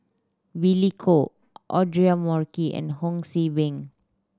Billy Koh Audra and Ho See Beng